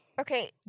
Okay